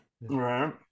right